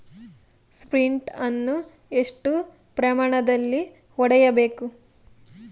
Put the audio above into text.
Sprint ಅನ್ನು ಎಷ್ಟು ಪ್ರಮಾಣದಲ್ಲಿ ಹೊಡೆಯಬೇಕು?